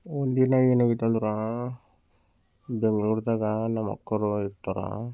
ಒಂದು ದಿನ ಏನಾಗಿತ್ತು ಅಂದ್ರೆ ಬೆಂಗ್ಳೂರ್ದಾಗ ನಮ್ಮ ಅಕ್ಕವ್ರು ಇರ್ತಾರೆ